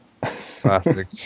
Classic